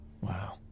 Wow